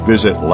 Visit